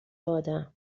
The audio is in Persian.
آدم